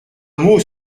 mot